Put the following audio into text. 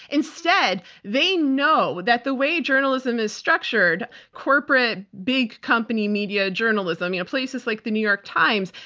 instead, they know that the way journalism is structured, corporate big company media journalism, you know, places like the new york times,